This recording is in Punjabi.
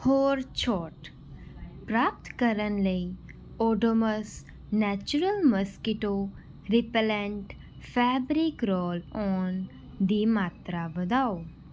ਹੋਰ ਛੋਟ ਪ੍ਰਾਪਤ ਕਰਨ ਲਈ Odomos natural mosquito repellent fabric roll on ਦੀ ਮਾਤਰਾ ਵਧਾਓ